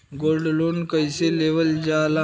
Gold loan कईसे लेवल जा ला?